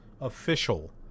official